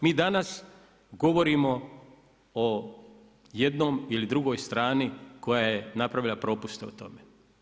Mi danas govorimo o jednoj ili drugoj strani koja je napravila propuste o tome.